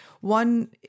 one